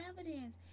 evidence